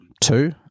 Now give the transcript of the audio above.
Two